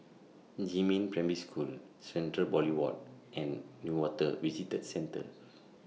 Jiemin Primary School Central Boulevard and Newater Visitor Centre